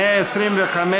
אם אתה לא בטוח,